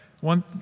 One